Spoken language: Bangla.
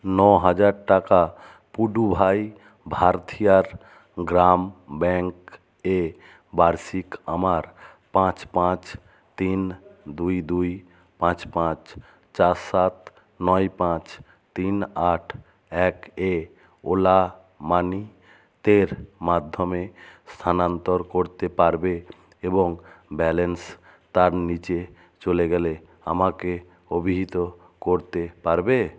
ন হাজার টাকা পুডুভাই ভারথিয়ার গ্রাম ব্যাঙ্ক এ বার্ষিক আমার পাঁচ পাঁচ তিন দুই দুই পাঁচ পাঁচ চার সাত নয় পাঁচ তিন আট এক এ ওলা মানি তের মাধ্যমে স্থানান্তর করতে পারবে এবং ব্যালেন্স তার নিচে চলে গেলে আমাকে অভিহিত করতে পারবে